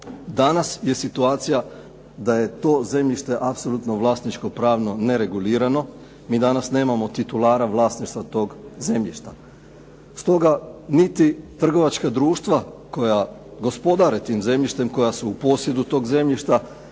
Danas je situacija da je to zemljište apsolutno vlasničko-pravno neregulirano. Mi danas nemamo titulara vlasništva tog zemljišta. Stoga niti trgovačka društva koja gospodare tim zemljištem, koja su u posjedu tog zemljišta